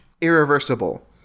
Irreversible